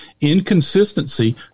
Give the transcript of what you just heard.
inconsistency